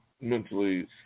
mentally